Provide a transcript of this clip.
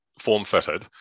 form-fitted